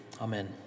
Amen